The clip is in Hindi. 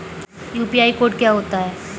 यू.पी.आई कोड क्या होता है?